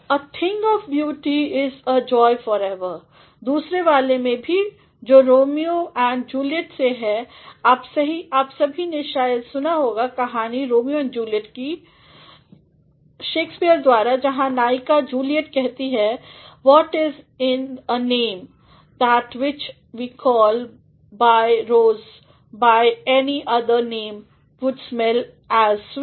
a thing of beauty is a joy forever दुसरे वाले में भी जो रोमियो एंड जूलिएट से है आप सभी ने शायद सुने होगी कहानी रोमियो एंड जूलिएट की शेक्सपीअर द्वारा जहाँ नायिका जूलिएट कहती है what is in a name that which we call by rose by any other name would smell as sweet